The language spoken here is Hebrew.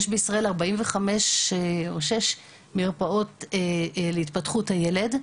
יש בישראל 45 או 46 מרפאות להתפתחות הילד.